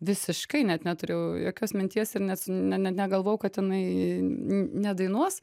visiškai net neturėjau jokios minties ir net ne net negalvojau kad jinai nedainuos